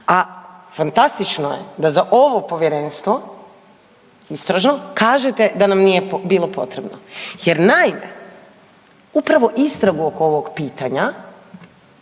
A fantastično je da za ovo povjerenstvo istražno kažete da nam nije bilo potrebno jer naime upravo istragu oko ovog pitanja